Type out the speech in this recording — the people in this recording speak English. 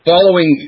Following